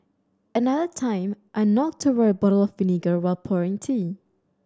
another time I knocked over a bottle of vinegar while pouring tea